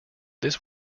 this